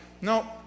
no